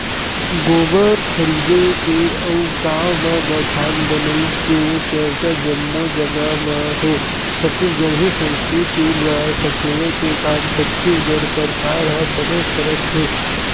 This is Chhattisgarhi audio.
गोबर खरीदे के अउ गाँव म गौठान बनई के चरचा जम्मो जगा म हे छत्तीसगढ़ी संस्कृति ल सकेले के काम छत्तीसगढ़ सरकार ह बने करत हे